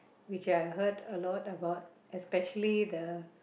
which I heard a lot about especially the